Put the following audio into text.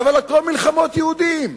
אבל הכול מלחמות יהודים,